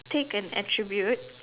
take an attribute